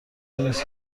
نیست